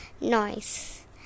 noise